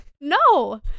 No